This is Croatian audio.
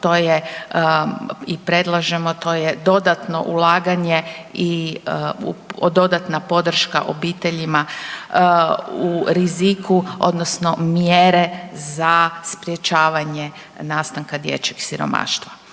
i predlažemo to je dodatno ulaganje i dodatna podrška obiteljima u riziku odnosno mjere za sprječavanje nastanka dječjeg siromaštva.